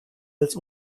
als